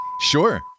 Sure